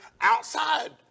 outside